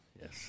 yes